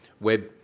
web